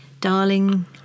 darling